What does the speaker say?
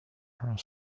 her